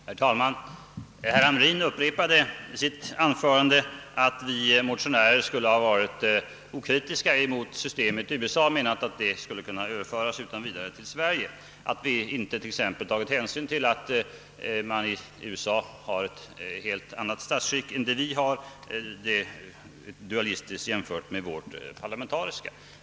Herr talman! Herr Hamrin i Jönköping upprepade att vi motionärer skulle ha varit okritiska mot system USA och ansett att det utan vidare skulle kunna överföras till Sverige. Vi skulle t.ex. inte ha tagit hänsyn till att man i USA har ett helt annat statsskick än vi.